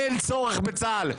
אין צורך בצה"ל,